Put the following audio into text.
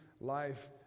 life